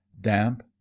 damp